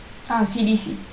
ah C_D_C